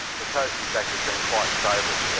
the coast in fact has been quite stable.